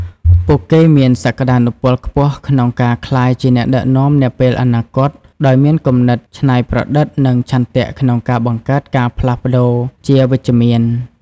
ពួកគេមានសក្ដានុពលខ្ពស់ក្នុងការក្លាយជាអ្នកដឹកនាំនាពេលអនាគតដោយមានគំនិតច្នៃប្រឌិតនិងឆន្ទៈក្នុងការបង្កើតការផ្លាស់ប្ដូរជាវិជ្ជមាន។